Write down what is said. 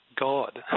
God